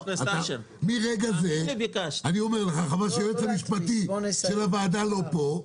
חבל שהיועץ המשפטי של הוועדה לא נמצא פה.